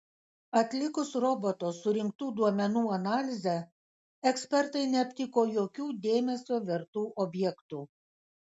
atlikus roboto surinktų duomenų analizę ekspertai neaptiko jokių dėmesio vertų objektų